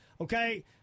Okay